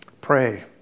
Pray